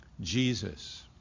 Jesus